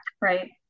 right